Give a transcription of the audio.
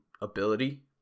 ability